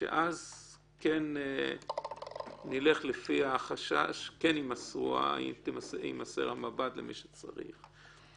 כן נלך עם החשש, כן יימסר המב"ד למי שצריך.